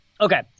Okay